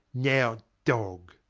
now, dog!